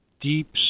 deep